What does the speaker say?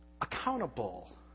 accountable